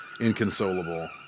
inconsolable